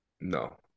No